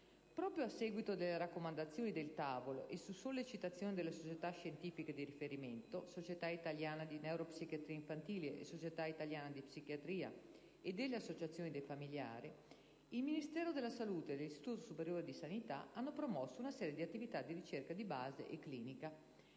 Proprio a seguito delle raccomandazioni del Tavolo, e su sollecitazione delle società scientifiche di riferimento (Società italiana di neuropsichiatria infantile e Società italiana di psichiatria) e delle associazioni dei familiari, il Ministero della salute e l'Istituto superiore di sanità hanno promosso una serie di attività di ricerca di base e clinica,